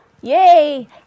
Yay